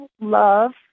love